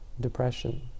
depression